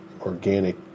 organic